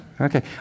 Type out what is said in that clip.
Okay